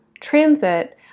transit